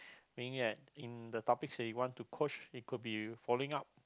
meaning that in the topics that you want to coach it could be following up